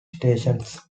stations